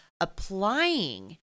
applying